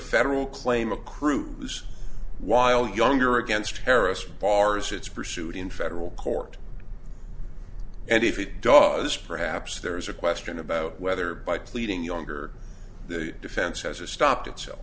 federal claim accrues while younger against terrorist bars it's pursued in federal court and if it dos perhaps there is a question about whether by pleading younger the defense has a stop to it so